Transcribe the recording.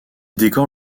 décore